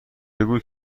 بگو